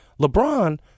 LeBron